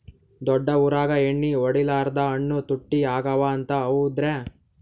ದೊಡ್ಡ ಊರಾಗ ಎಣ್ಣಿ ಹೊಡಿಲಾರ್ದ ಹಣ್ಣು ತುಟ್ಟಿ ಅಗವ ಅಂತ, ಹೌದ್ರ್ಯಾ?